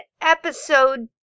episode